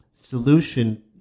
solution